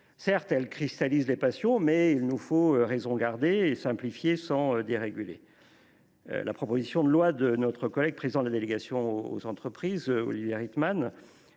Certes, elles cristallisent les passions, mais il nous faut raison garder et simplifier sans déréguler. La proposition de loi de notre collègue président de la délégation aux entreprises Olivier Rietmann